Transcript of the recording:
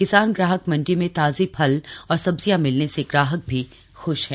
किसान ग्राहक मंडी में ताजी फल और सब्जियां मिलने से ग्राहक भी ख्श हैं